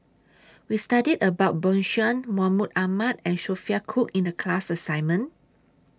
We studied about Bjorn Shen Mahmud Ahmad and Sophia Cooke in The class assignment